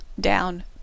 down